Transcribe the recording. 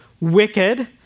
wicked